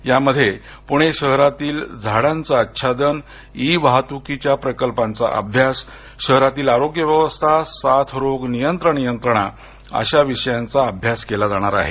यामध्ये पुणे शहरातील झाडांचे आच्छादन ई वाहतूकीच्या प्रकल्पांचा अभ्यास शहरांतील आरोग्य व्यवस्था साथरोग नियंत्रण यंत्रणा अशा विषयांचा अभ्यास केला जाणार आहे